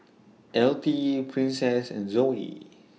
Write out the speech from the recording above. Altie Princess and Zoe